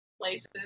places